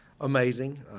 amazing